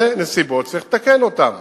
זה נסיבות שצריך לתקן אותן.